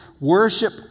Worship